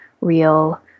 real